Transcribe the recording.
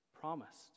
promised